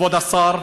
כבוד השר,